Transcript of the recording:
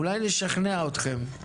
אולי נשכנע אותכם?